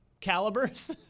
calibers